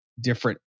different